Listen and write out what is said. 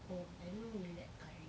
oh I don't really like curry